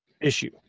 issue